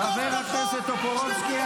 חבר הכנסת טופורובסקי.